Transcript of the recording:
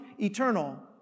eternal